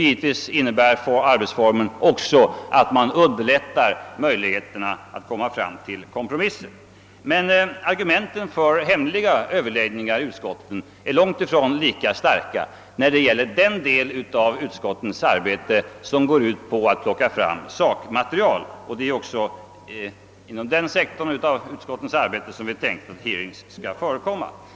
Arbetsformen innebär också att man underlättar möjligheterna att komma fram till kompromisser. Men argumenten för hemliga överläggningar i utskotten är långt ifrån lika starka när det gäller den del av utskottens arbete som syftar till att skaffa fram sakmaterial. Det är också för den delen av utskottens arbete som hearings skulle förekomma.